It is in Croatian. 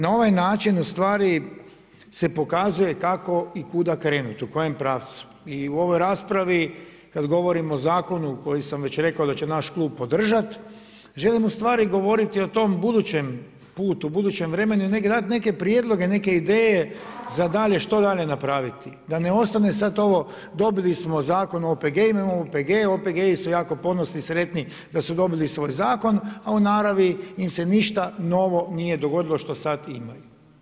Na ovaj način ustvari se pokazuje kako i kuda krenut, u kojem pravcu i u ovoj raspravi kad govorimo o zakonu koji sam već rekao da će naš klub podržati, želim ustvari govoriti o tom budućem putu, o budućem vremenu i … neke prijedloge, neke ideje za dalje, što dalje napraviti, da ne ostane sad ovo dobili smo Zakon o OPG-ima, imamo OPG-e, OPG su jako ponosni, sretni da su dobili svoj zakon a u naravi im se ništa novo nije dogodilo što sad imaju.